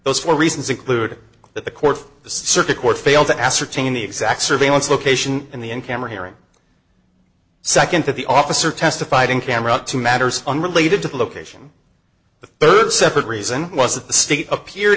those four reasons include that the court the circuit court failed to ascertain the exact surveillance location in the in camera hearing nd that the officer testified in camera to matters unrelated to the location the rd separate reason was that the state appeared